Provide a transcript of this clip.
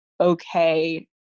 okay